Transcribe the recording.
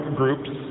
groups